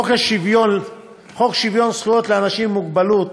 חוק שוויון זכויות לאנשים עם מוגבלות,